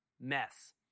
mess